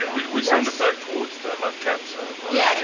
and we we send them back towards the like camp? so yeah and